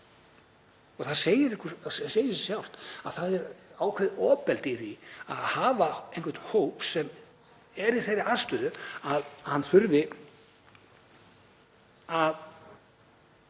Það segir sig sjálft að það er ákveðið ofbeldi í því að hafa einhvern hóp sem er í þeirri aðstöðu að hann þurfi